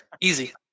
Easy